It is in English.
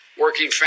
working